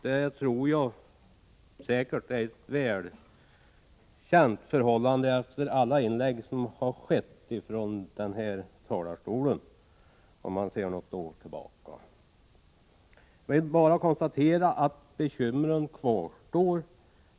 Det är säkert ett väl känt förhållande efter alla inlägg från denna talarstol, om man ser något år tillbaka i tiden. Jag vill bara konstatera att bekymren kvarstår.